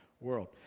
world